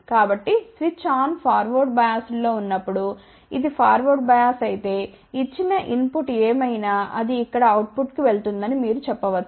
కాబట్టి switch on forward biased లో ఉన్నప్పుడు ఇది ఫార్వర్డ్ బయాస్ అయితే ఇచ్చిన ఇన్ పుట్ ఏమైనా అది ఇక్కడ అవుట్పుట్కు వెళుతుందని మీరు చెప్పవచ్చు